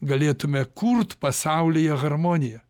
galėtume kurt pasaulyje harmoniją